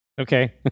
Okay